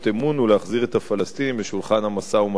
ולהחזיר את הפלסטינים לשולחן המשא-ומתן.